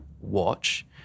watch